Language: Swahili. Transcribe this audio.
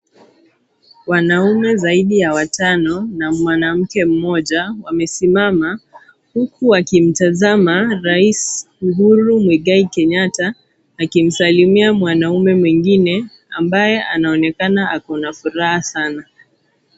Wanaume zaidi ya watano na mwanamke mmoja wamesimama, huku wakimtazama rais Uhuru Muigai Kenyatta akimsalimia mwanaume mwengine ambaye anaonekana akona furaha sana.